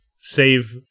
save